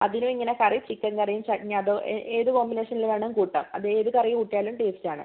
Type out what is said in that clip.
അതിന് ഇങ്ങനെ കറി ചിക്കൻ കറി ചട്നി അത് ഏത് കോമ്പിനേഷനിലും വേണോ കൂട്ടാം അത് ഏത് കറി കൂട്ടിയാലും ടേസ്റ്റ് ആണ്